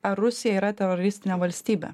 ar rusija yra teroristinė valstybė